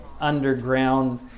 underground